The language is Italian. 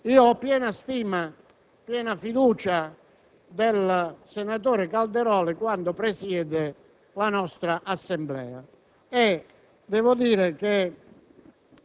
che ho piena stima e piena fiducia del senatore Calderoli quando presiede la nostra Assemblea e aggiungo che